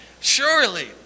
Surely